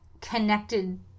connected